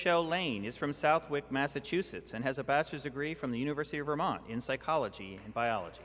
michelle lane is from southwick massachusetts and has a bachelor's degree from the university of vermont in psychology and biology